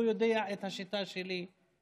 הוא יודע את השיטה שלי.